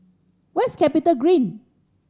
where is CapitaGreen